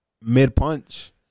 Mid-punch